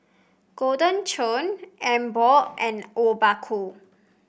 Golden Churn Emborg and Obaku